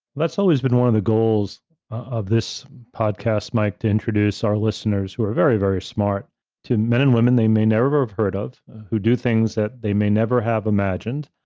that's always been one of the goals of this podcast, mike, to introduce our listeners who are very, very smart to men and women they may never have heard of who do things that they may never have imagined,